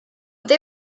they